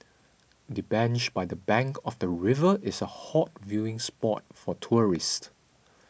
the bench by the bank of the river is a hot viewing spot for tourists